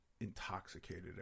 intoxicated